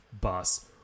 bus